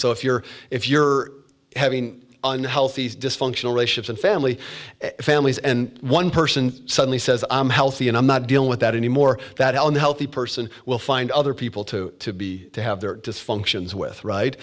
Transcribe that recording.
so if you're if you're having unhealthy dysfunctional relations and family families and one person suddenly says i'm healthy and i'm not dealing with that anymore that hell in a healthy person will find other people to be to have their dysfunctions with ri